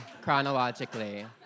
chronologically